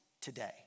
today